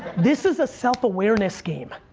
this is a self-awareness game.